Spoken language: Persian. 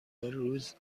روز